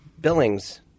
Billings